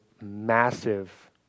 massive